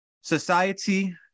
Society